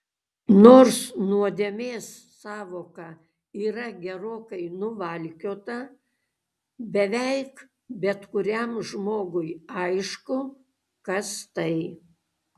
nors nuodėmės sąvoka yra gerokai nuvalkiota beveik bet kuriam žmogui aišku kas tai